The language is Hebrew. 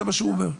זה מה שהוא אומר.